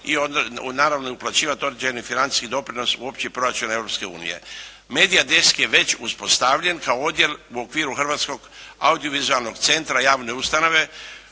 i naravno uplaćivati određeni financijski doprinos u opći proračun Europske unije. Media desk je već uspostavljen kao odjel u okviru hrvatskog audio-vizualnog centra javne ustanove